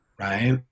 right